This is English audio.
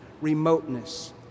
remoteness